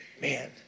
Man